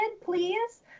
please